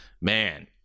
man